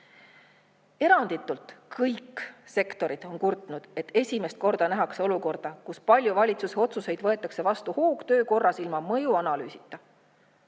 Eranditult kõik sektorid on kurtnud selle üle, et esimest korda nähakse olukorda, kus paljud valitsuse otsused võetakse vastu hoogtöö korras, ilma mõjuanalüüsita.